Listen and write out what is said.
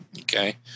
Okay